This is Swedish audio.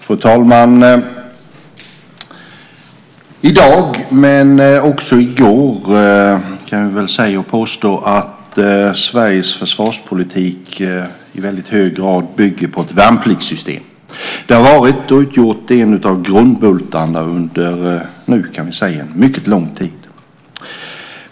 Fru talman! Sveriges försvarspolitik i dag, men också i går, kan i väldigt hög grad sägas bygga på ett värnpliktssystem. Det har varit en av grundbultarna under en mycket lång tid.